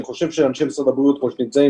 אני חושב שאנשי משרד הבריאות נמצאים.